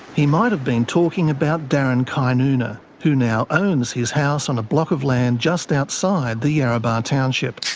he might have been talking about darren kynuna, who now owns his house on a block of land just outside the yarrabah township.